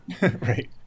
Right